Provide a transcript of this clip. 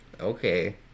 Okay